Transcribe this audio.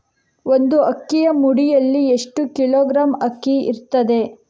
ಒಂದು ಅಕ್ಕಿಯ ಮುಡಿಯಲ್ಲಿ ಎಷ್ಟು ಕಿಲೋಗ್ರಾಂ ಅಕ್ಕಿ ಇರ್ತದೆ?